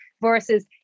versus